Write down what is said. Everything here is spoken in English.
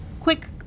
Quick